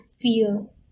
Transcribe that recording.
feel